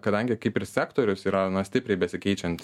kadangi kaip ir sektorius yra na stipriai besikeičiant